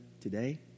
today